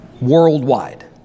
worldwide